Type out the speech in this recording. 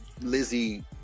Lizzie